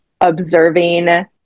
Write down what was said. observing